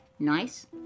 Nice